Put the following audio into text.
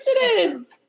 coincidence